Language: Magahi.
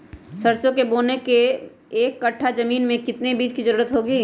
सरसो बोने के एक कट्ठा जमीन में कितने बीज की जरूरत होंगी?